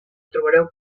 trobareu